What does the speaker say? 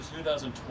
2020